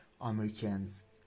Americans